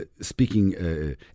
speaking